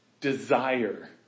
desire